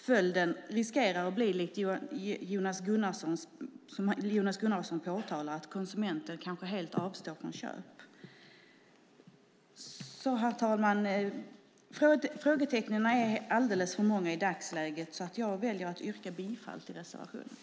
Följden riskerar, likt Jonas Gunnarsson påtalar, att bli att konsumenter kanske helt avstår från köp. Herr talman! Frågetecknen är alltså alldeles för många i dagsläget. Jag väljer därför att yrka bifall till reservationen.